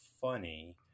funny